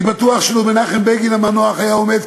אני בטוח שלו עמד מנחם בגין המנוח כאן